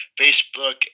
Facebook